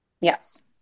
Yes